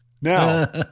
Now